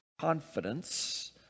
confidence